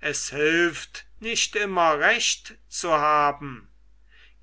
es hilft nicht immer recht zu haben